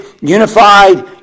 unified